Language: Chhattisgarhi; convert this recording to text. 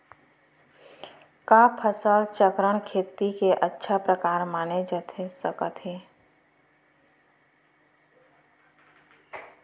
का फसल चक्रण, खेती के अच्छा प्रकार माने जाथे सकत हे?